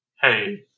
Hey